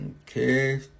Okay